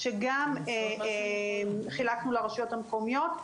שגם חילקנו לרשויות המקומיות,